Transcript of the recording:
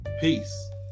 peace